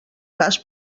cas